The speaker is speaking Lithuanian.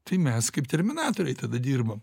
tai mes kaip terminatoriai tada dirbam